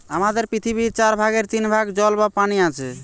আমাদের পৃথিবীর চার ভাগের তিন ভাগ জল বা পানি আছে